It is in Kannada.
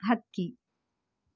ಹಕ್ಕಿ